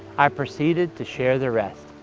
i proceeded to share the rest.